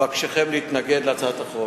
אבקשכם להתנגד להצעת החוק.